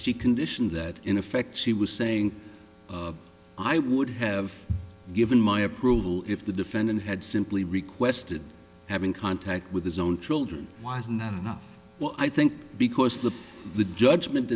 she conditioned that in effect she was saying i would have given my approval if the defendant had simply requested having contact with his own children why isn't that enough well i think because the the judgment